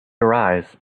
arise